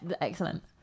excellent